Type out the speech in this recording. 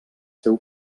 seu